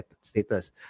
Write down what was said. status